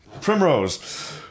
Primrose